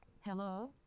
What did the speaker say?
Hello